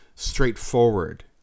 straightforward